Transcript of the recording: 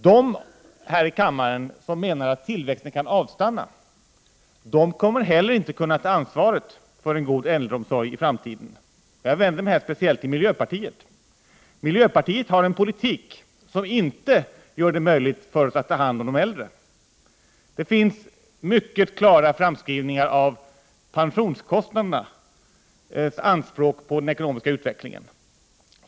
De här i kammaren som hävdar att tillväxten kan avstanna kommer inte att kunna ta ansvaret för en god äldreomsorg i framtiden. Jag vänder mig här speciellt till miljöpartiet. Miljöpartiet bedriver en politik som inte gör det möjligt för oss att ta hand om de äldre. Det finns mycket klara framskrivningar av pensionskostnadernas anspråk på den ekonomiska utvecklingen.